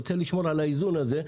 אני רוצה לשמור על האיזון הזה.